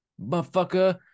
Motherfucker